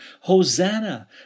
Hosanna